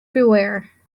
beware